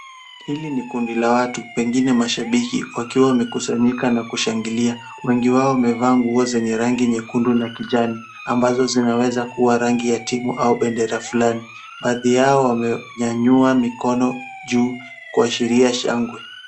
Hili ni kundi la watu, wengine mashabiki, wakiwa wamekusanyika na kushangilia, mwingi wao umeva nguo zenye ni rangi nyekundu na kijani, ambazo zinaweza kuwa rangi ya timu au bendera fulani. Baadhi yao wame nyanyua mikono juu, kuashiria shangwe.